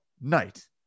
night